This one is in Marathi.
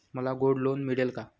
मला गोल्ड लोन मिळेल का?